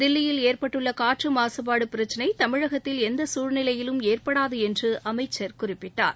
தில்லியில் ஏற்பட்டுள்ள பிரச்சினை தமிழகத்தில் எந்த சூழ்நிலையிலும் ஏற்படாது என்று அமைச்சர் குறிப்பிட்டார்